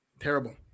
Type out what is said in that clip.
Terrible